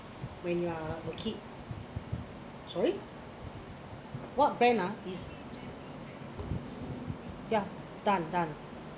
when you are a kid sorry what brand ah this ya done done